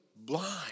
blind